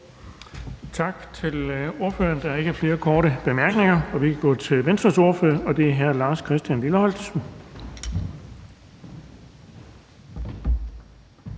Tak til ordføreren. Der er ikke flere korte bemærkninger. Vi kan gå til Venstres ordfører, og det er hr. Lars Christian Lilleholt.